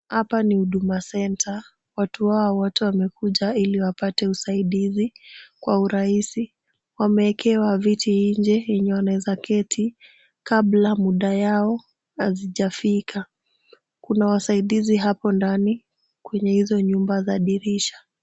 Hapa ni Huduma Center, watu hawa wote wamekuja ili wapate usaidizi kwa urahisi. Wameekewa viti nje yenye wanaeza keti kabla ya muda yao haijafika. Kuna wasaidizi hapo ndani kwenye hizo nyumba za dirisha.